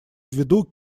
виду